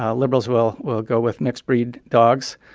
ah liberals will will go with mixed-breed dogs.